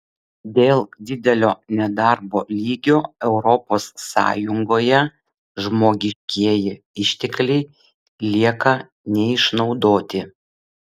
dėl didelio nedarbo lygio europos sąjungoje žmogiškieji ištekliai lieka neišnaudoti